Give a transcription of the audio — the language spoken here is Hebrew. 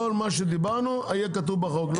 במועד שנצביע תבוא ותגיד את המצב הזה אחד לאחד.